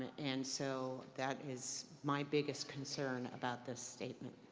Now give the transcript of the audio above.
and so that is my biggest concern about this statement.